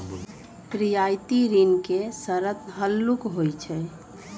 रियायती ऋण के शरत हल्लुक होइ छइ